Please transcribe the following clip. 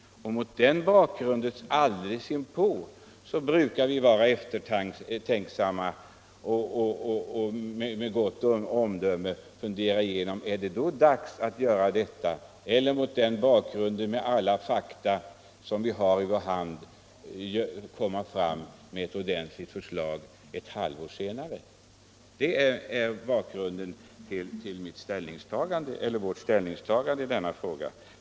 Mot en sådan bakgrund bör vi tänka igenom om det verkligen är nödvändigt att göra någonting nu eller om vi skall vänta och, med alla de fakta som vi då har i vår hand, fatta beslut om ett halvår. Detta är anledningen till moderaternas ställningstagande i denna fråga.